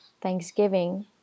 Thanksgiving